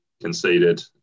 conceded